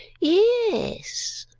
ye-es!